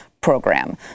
Program